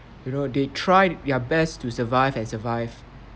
you know they tried their best to survive and survive